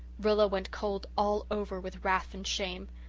rilla went cold all over with wrath and shame.